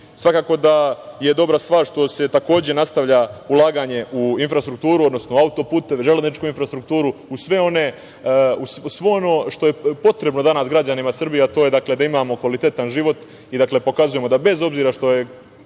vidi. Svakako da je dobra stvar što se nastavlja ulaganje u infrastrukturu, odnosno u auto-puteve, železničku infrastrukturu, u svo ono što je potrebno danas građanima Srbije, a to je da imamo kvalitetan život i pokazujemo da bez obzira što je